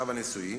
בשלב הניסויי,